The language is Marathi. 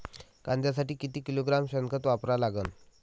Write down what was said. कांद्यासाठी किती किलोग्रॅम शेनखत वापरा लागन?